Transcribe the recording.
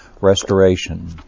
restoration